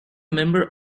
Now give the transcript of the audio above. member